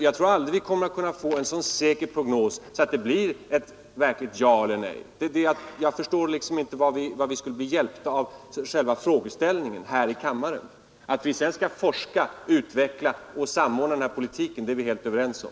Jag tror aldrig att vi kommer att få en prognos som ger absolut säkerhet. Jag förstår följaktligen inte hur vi här i kammaren kan bli hjälpta av själva frågeställningen. Att vi däremot skall forska samt utveckla och samordna denna politik är vi helt överens om.